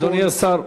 אדוני השר,